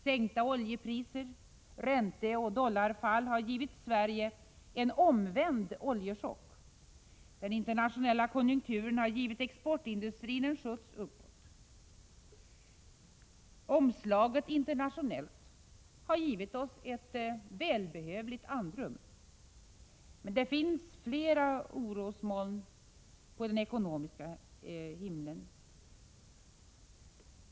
Sänkta oljepriser, ränteoch dollarfall har givit Sverige ”en omvänd oljechock”. Den internationella konjunkturen har givit exportindustrin en skjuts uppåt. Omslaget internationellt har givit oss ett välbehövligt andrum, men det finns flera orosmoln på den ekonomiska himlen.